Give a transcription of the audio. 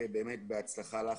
בהצלחה לך,